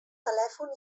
telèfon